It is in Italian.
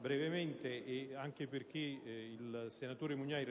brevemente, anche perché il relatore, senatore Mugnai